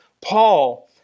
Paul